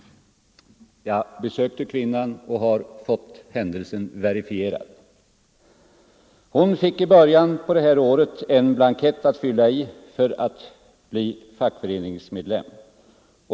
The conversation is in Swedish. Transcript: Jag besökte kvinnan och har fått händelsen verifierad. Hon fick i början av det här året en blankett att fylla i för att bli fackföreningsmedlem.